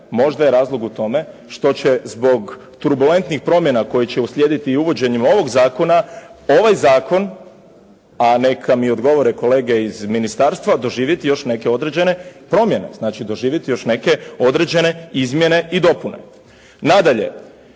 Možda je razlog u tome što će zbog turbulentnih promjena koje će uslijediti uvođenjem ovog zakona, ovaj zakon a neka mi odgovore kolege iz ministarstva, doživjeti još neke određene promjene znači doživjeti još neke određene izmjene i dopune. Nadalje,